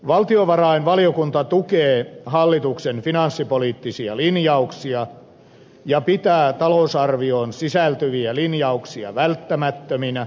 valtiovarainvaliokunta tukee hallituksen finanssipoliittisia linjauksia ja pitää talousarvioon sisältyviä linjauksia välttämättöminä ja tarkoituksenmukaisina